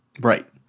Right